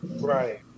Right